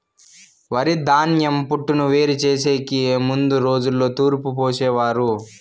వరిధాన్యం పొట్టును వేరు చేసెకి ముందు రోజుల్లో తూర్పు పోసేవారు